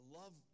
love